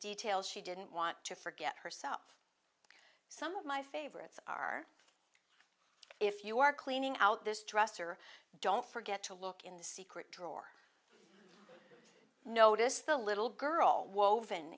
details she didn't want to forget herself some of my favorites are if you are cleaning out this dresser don't forget to look in the secret drawer notice the little girl woven